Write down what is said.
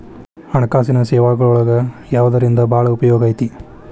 ಹಣ್ಕಾಸಿನ್ ಸೇವಾಗಳೊಳಗ ಯವ್ದರಿಂದಾ ಭಾಳ್ ಉಪಯೊಗೈತಿ?